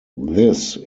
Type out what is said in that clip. this